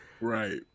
Right